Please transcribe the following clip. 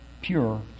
pure